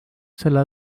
selle